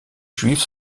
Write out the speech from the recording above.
juifs